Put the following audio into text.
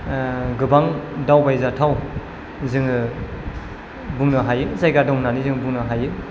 गोबां दावबायजाथाव जोङो बुंनो हायो जायगा दं होननानै जों बुंनो हायो